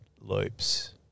loops